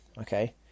okay